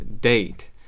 date